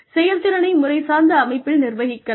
செயல்திறனை முறைசார்ந்த அமைப்பில் நிர்வகிக்கலாம்